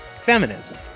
feminism